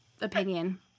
opinion